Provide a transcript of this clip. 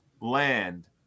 land